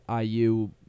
IU